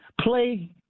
play